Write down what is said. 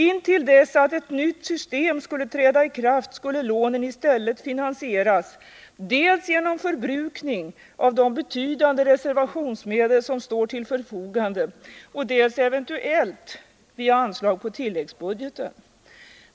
Intill dess att ett nytt system skulle träda i kraft skulle lånen i stället finansieras dels genom förbrukning av de betydande reservationsmedel som stod till förfogande, dels eventuellt via anslag på tilläggsbudgeten.